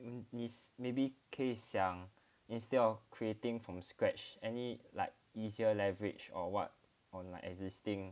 um maybe 你可以想 instead of creating from scratch any like easier leverage or what on like existing